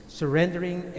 surrendering